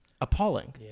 Appalling